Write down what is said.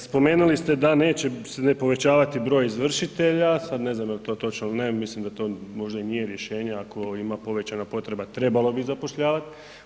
Spomenuli ste da neće se povećavati broj izvršitelja, sad ne znam je li to točno ili ne, mislim da to možda i nije rješenje ako ima povećana potreba trebalo bi zapošljavati.